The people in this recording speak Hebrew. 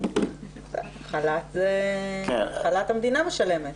חל"ת המדינה משלמת.